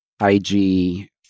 IG